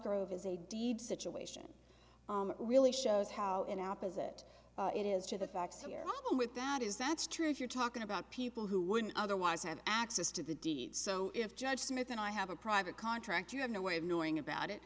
grove is a deed situation really shows how in opposite it is to the facts here on with that is that's true if you're talking about people who wouldn't otherwise have access to the deed so if judge smith and i have a private contract you have no way of knowing about it